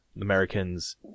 Americans